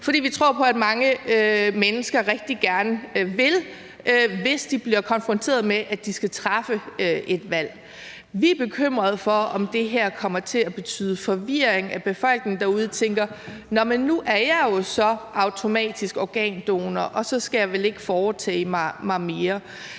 for vi tror på, at mange mennesker rigtig gerne vil, hvis de bliver konfronteret med, at de skal træffe et valg. Vi er bekymrede for, om det her kommer til at skabe forvirring, og at befolkningen derude tænker: Nå, men nu er jeg jo så automatisk organdonor, og så skal jeg vel ikke foretage mig mere.